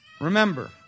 Remember